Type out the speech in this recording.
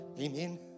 Amen